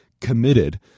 committed